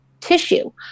tissue